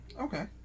Okay